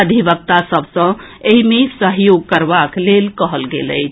अधिवक्ता सभ सँ ऐहि मे सहयोग कराबक लेल कहल गेल अछि